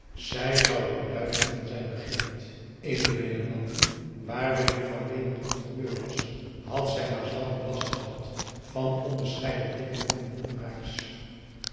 zij zou door duizenden zijn begeerd in de binnenlanden waar willem van leeuwen controleur was had zij maar zelden last gehad van onp a